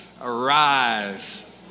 Arise